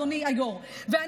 אדוני היושב-ראש,